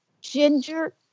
Ginger